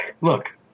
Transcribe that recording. look